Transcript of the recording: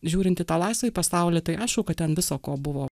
žiūrint į tą laisvąjį pasaulį tai aišku kad ten viso ko buvo